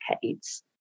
decades